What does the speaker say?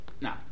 Now